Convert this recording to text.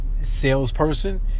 salesperson